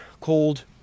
cold